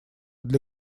для